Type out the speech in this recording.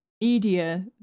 media